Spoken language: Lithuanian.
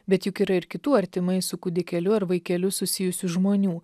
bet juk yra ir kitų artimai su kūdikeliu ar vaikeliu susijusių žmonių